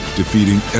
defeating